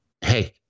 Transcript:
hey